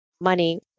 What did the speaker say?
money